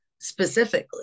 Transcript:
specifically